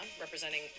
representing